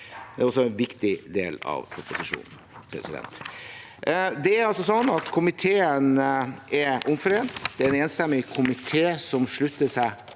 Det er også en viktig del av proposisjonen. Det er altså sånn at komiteen er omforent; det er en enstemmig komité som slutter seg